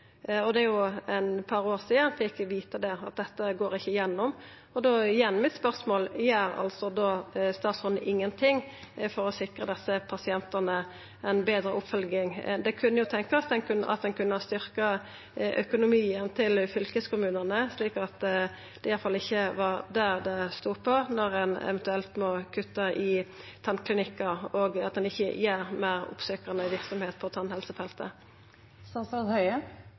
går gjennom. Da er igjen mitt spørsmål: Gjer statsråden ingenting for å sikra desse pasientane ei betre oppfølging? Det kunne jo tenkjast at ein kunne ha styrkt økonomien til fylkeskommunane, slik at det iallfall ikkje var det det stod på når ein eventuelt må kutta i tannklinikkar, og at ein ikkje har meir oppsøkjande verksemd på